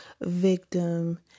victim